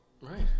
Right